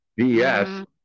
BS